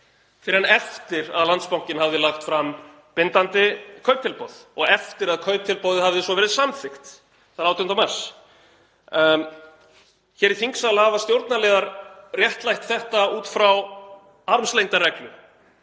fyrr en eftir að Landsbankinn hafði lagt fram bindandi kauptilboð og eftir að kauptilboðið hafði svo verið samþykkt þann 18. mars. Hér í þingsal hafa stjórnarliðar réttlætt þetta út frá armslengdarreglu